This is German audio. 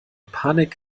panik